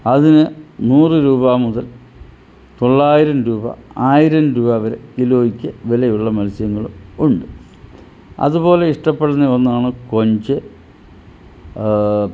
അതിന് നൂറ് രൂപ മുതൽ തൊള്ളായിരം രൂപ ആയിരം രൂപ വരെ കിലോയ്ക്ക് വിലയുള്ള മത്സ്യങ്ങൾ ഉണ്ട് അതുപോലെ ഇഷ്ടപ്പെടുന്ന ഒന്നാണ് കൊഞ്ച്